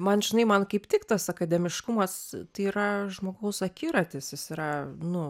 man žinai man kaip tik tas akademiškumas tai yra žmogaus akiratis jis yra nu